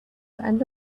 and